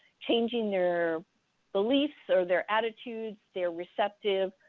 changing their beliefs or their attitudes, they are receptive.